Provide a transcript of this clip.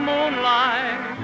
Moonlight